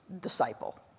disciple